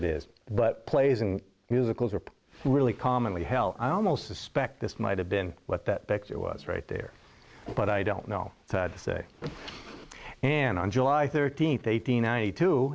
it is but plays and musicals rip really commonly held i almost suspect this might have been what that picture was right there but i don't know to say an on july thirteenth eight hundred ninety two